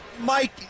Mike